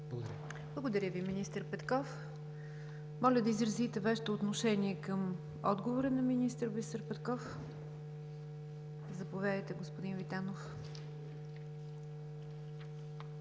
Благодаря Ви, министър Петков. Моля да изразите Вашето отношение към отговора на министър Бисер Петков. Заповядайте, господин Витанов.